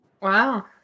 Wow